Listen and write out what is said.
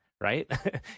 right